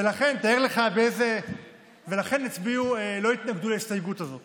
ולכן לא התנגדו להסתייגות הזאת